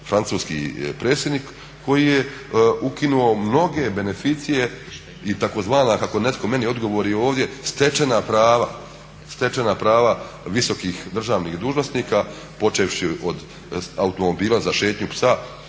francuski predsjednik koji je ukinuo mnoge beneficije i tzv. kako netko meni odgovori ovdje stečena prava, stečena prava visokih državnih dužnosnika počevši od automobila za šetnju psa